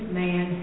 man